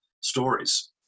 stories